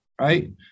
right